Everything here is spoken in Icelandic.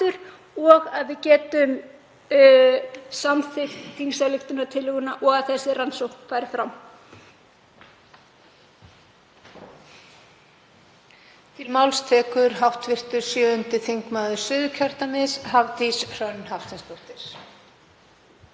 að við getum samþykkt þingsályktunartillöguna og að þessi rannsókn fari fram.